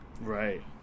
right